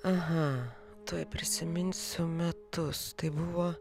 aha tuoj prisiminsiu metus tai buvo